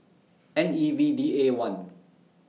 N E V D A one